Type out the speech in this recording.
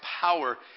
power